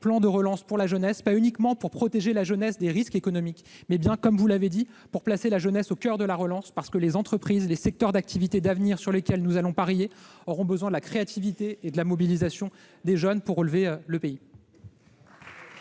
plan de relance pour la jeunesse. Il ne s'agit pas uniquement de protéger la jeunesse des risques économiques, mais bien, comme vous l'avez dit, de la placer au coeur de la relance. En effet, les entreprises et les secteurs d'activité d'avenir sur lesquels nous allons parier auront besoin de la créativité et de la mobilisation des jeunes pour relever le pays.